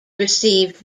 received